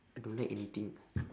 I don't like anything